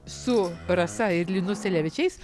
su rasa ir linu selevičiais